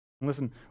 Listen